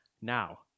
Now